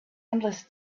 endless